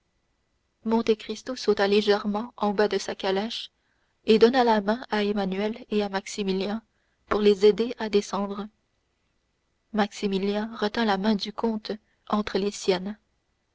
attendre monte cristo sauta légèrement en bas de sa calèche et donna la main à emmanuel et à maximilien pour les aider à descendre maximilien retint la main du comte entre les siennes